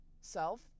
self